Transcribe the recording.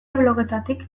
blogetatik